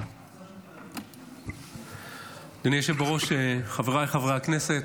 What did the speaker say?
אדוני היושב בראש, חבריי חברי הכנסת,